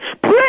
Pray